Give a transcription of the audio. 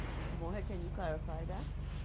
mr. moore head, can you clarify that?